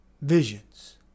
Visions